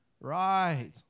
right